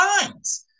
times